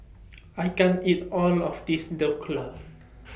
I can't eat All of This Dhokla